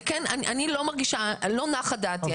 לא נחה דעתי,